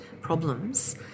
problems